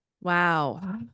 Wow